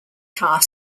car